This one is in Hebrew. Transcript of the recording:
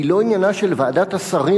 היא לא עניינה של ועדת השרים